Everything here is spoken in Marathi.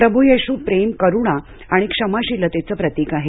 प्रभू येशू प्रेम करुणा आणि क्षमाशीलतेचं प्रतीक आहेत